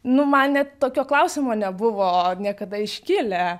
nu man net tokio klausimo nebuvo niekada iškilę